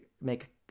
make